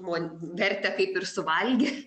mon vertę kaip ir suvalgė